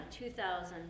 2000